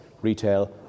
retail